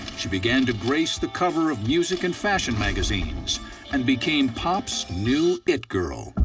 she began to grace the cover of music and fashion magazines and became pop's new it girl.